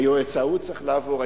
היועץ ההוא צריך לעבור,